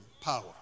power